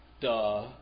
Duh